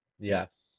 Yes